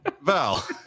Val